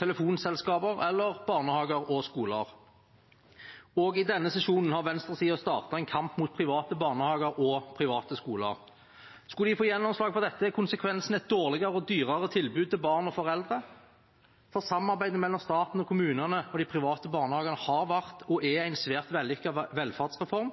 telefonselskaper eller barnehager og skoler. Også i denne sesjonen har venstresiden startet en kamp mot private barnehager og private skoler. Skulle de få gjennomslag for dette, er konsekvensen et dårligere og dyrere tilbud til barn og foreldre, for samarbeidet mellom staten og kommunene og de private barnehagene har vært og er en svært vellykket velferdsreform.